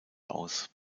aus